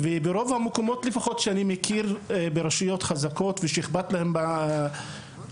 וברוב המקומות לפחות שאני מכיר ברשויות חזקות שאכפת להם מהחינוך,